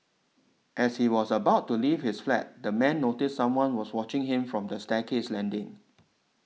as he was about to leave his flat the man noticed someone was watching him from the staircase landing